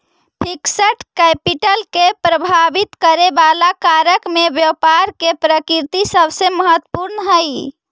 fixed capital के प्रभावित करे वाला कारक में व्यापार के प्रकृति सबसे महत्वपूर्ण हई